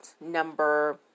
number